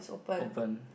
open